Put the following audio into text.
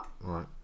right